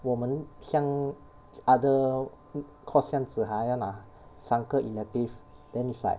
我们像 other course 这样子 !huh! 要拿三个 elective then is like